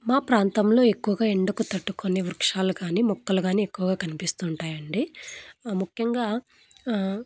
మా ప్రాంతంలో ఎక్కువగా ఎండకు తట్టుకునే వృక్షాలు కానీ మొక్కలు కానీ ఎక్కువగా కనిపిస్తుంటాయండి ముఖ్యంగా